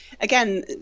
again